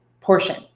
portion